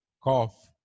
cough